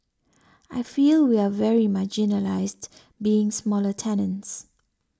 I feel we are very marginalised being smaller tenants